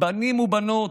בנים ובנות,